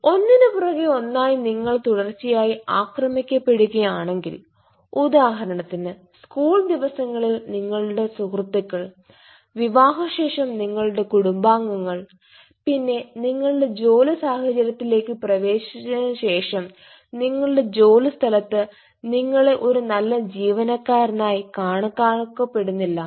ഒന്നിനുപുറകെ ഒന്നായി നിങ്ങൾ തുടർച്ചയായി ആക്രമിക്കപ്പെടുകയാണെങ്കിൽ ഉദാഹരണത്തിന് സ്കൂൾ ദിവസങ്ങളിൽ നിങ്ങളുടെ സുഹൃത്തുക്കൾ വിവാഹശേഷം നിങ്ങളുടെ കുടുംബാംഗങ്ങൾ പിന്നെ നിങ്ങളുടെ ജോലി സാഹചര്യത്തിലേക്ക് പ്രവേശിച്ചതിന് ശേഷം നിങ്ങളുടെ ജോലി സ്ഥലത്തു നിങ്ങളെ ഒരു നല്ല ജീവനക്കാരനായി കണക്കാക്കപ്പെടുന്നില്ല